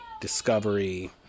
Discovery